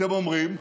אתם אומרים,